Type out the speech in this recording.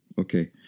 Okay